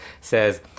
says